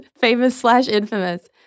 famous-slash-infamous